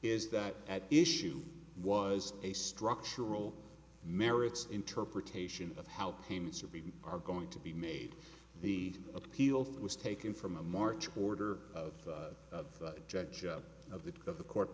is that at issue was a structural merits interpretation of how payments are being are going to be made the appeal was taken from a march quarter of a judge of the of the court